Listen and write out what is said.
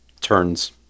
turns